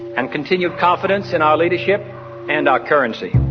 and continued confidence in our leadership and our currency.